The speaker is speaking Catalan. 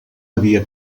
havia